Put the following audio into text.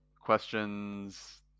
questions